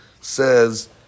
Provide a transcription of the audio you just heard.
says